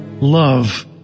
love